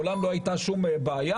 מעולם לא הייתה שום בעיה,